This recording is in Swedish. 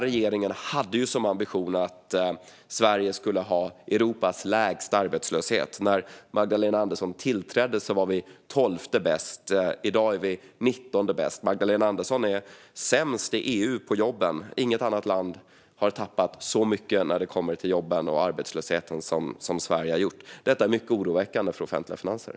Regeringen hade ju som ambition att Sverige skulle ha Europas lägsta arbetslöshet. När Magdalena Andersson tillträdde var vi 12:e bäst. I dag är vi 19:e bäst. Magdalena Andersson är sämst i EU på jobben. Inget annat land har tappat så mycket när det kommer till jobben och arbetslösheten som Sverige. Detta är mycket oroväckande för de offentliga finanserna.